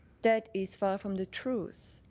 that is far from the truth.